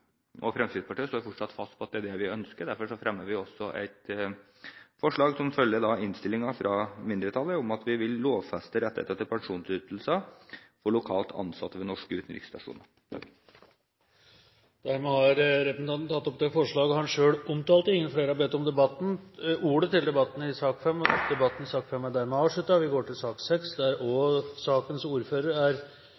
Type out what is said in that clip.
fremmer vi også et forslag som følger innstillingen fra mindretallet, om at vi vil lovfeste rettigheter til pensjonsytelser for lokalt ansatte ved norske utenriksstasjoner. Representanten Robert Eriksson har tatt opp det forslaget han refererte til. Flere har ikke bedt om ordet til sak nr. 5. Ingen har bedt om ordet til sak nr. 6. Etter ønske fra arbeids- og sosialkomiteen vil presidenten foreslå at taletiden begrenses til 40 minutter og fordeles med inntil 5 minutter til hvert parti og